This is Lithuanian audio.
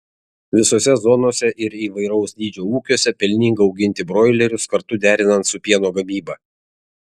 visose zonose ir įvairaus dydžio ūkiuose pelninga auginti broilerius kartu derinant su pieno gamyba